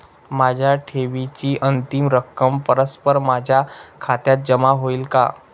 माझ्या ठेवीची अंतिम रक्कम परस्पर माझ्या खात्यात जमा होईल का?